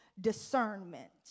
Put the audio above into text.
discernment